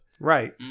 Right